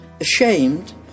Ashamed